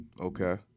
Okay